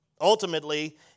Ultimately